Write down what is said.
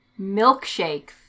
Milkshakes